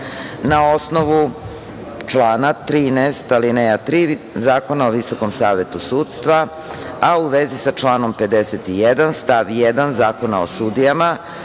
osnovu člana 13. alineja 3. Zakona o Visokom Savetu sudstva, a u vezi sa članom 51. stav 1. Zakona o sudijama,